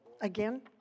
again